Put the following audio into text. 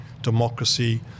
democracy